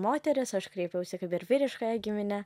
moteris aš kreipiausi kaip ir vyriškąja gimine